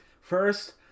First